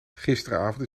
gisteravond